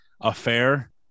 affair